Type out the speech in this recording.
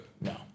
No